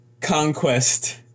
conquest